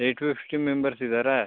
eight fifty members ಇದ್ದಾರಾ